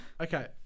okay